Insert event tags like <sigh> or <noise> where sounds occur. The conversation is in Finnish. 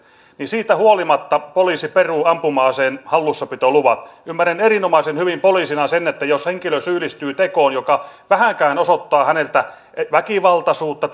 siitä huolimatta poliisi peruu ampuma aseen hallussapitoluvan ymmärrän erinomaisen hyvin poliisina sen että jos henkilö syyllistyy tekoon joka vähänkään osoittaa häneltä väkivaltaisuutta <unintelligible>